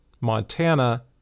Montana